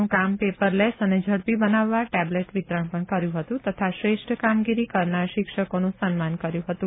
નું કામ પેપરલેસ અને ઝડપી બનાવવા ટેબ્લેટ વિતરણ પણ કર્યું હતું તથા શ્રેષ્ઠ કામગીરી કરનાર શિક્ષકોનું સન્માન કર્યું હતું